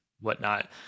whatnot